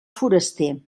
foraster